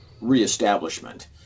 reestablishment